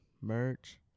merch